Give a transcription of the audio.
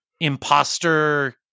imposter